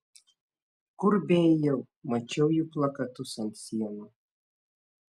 kur beėjau mačiau jų plakatus ant sienų